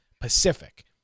Pacific